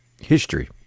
History